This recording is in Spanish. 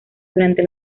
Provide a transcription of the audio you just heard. durante